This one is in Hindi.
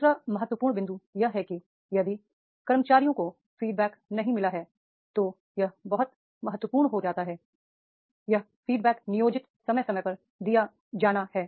दू सरा महत्वपूर्ण बिंदु यह है कि यदि कर्मचारियों को फीडबैक नहीं मिला है तो यह बहुत महत्वपूर्ण हो जाता है यह फीडबैक नियोजित समय समय पर दिया जाना है